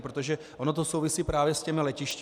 Protože ono to souvisí právě s těmi letišti.